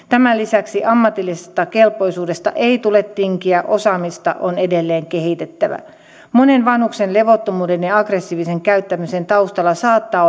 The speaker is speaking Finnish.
tämän lisäksi ammatillisesta kelpoisuudesta ei tule tinkiä osaamista on edelleen kehitettävä monen vanhuksen levottomuuden ja aggressiivisen käyttäytymisen taustalla saattaa